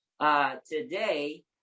today